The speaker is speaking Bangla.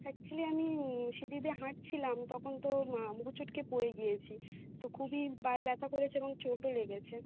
অ্যাকচুলি আমি সিঁড়ি দিয়ে হাঁটছিলাম তখন তো হোঁচট খেয়ে পড়ে গিয়েছি তো খুবই পায়ে ব্যথা করেছে এবং চোটও লেগেছে